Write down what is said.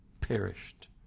perished